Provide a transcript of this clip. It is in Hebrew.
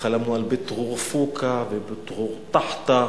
חלמנו על בית-עור אל-פוקא ובית-עור א-תחתא,